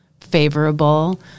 favorable